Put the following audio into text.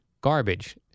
Garbage